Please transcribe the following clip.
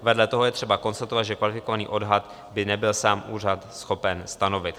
Vedle toho je třeba konstatovat, že kvalifikovaný odhad by nebyl sám úřad schopen stanovit.